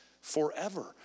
forever